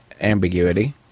ambiguity